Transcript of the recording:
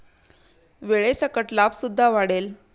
वेळेसकट लाभ सुद्धा वाढेल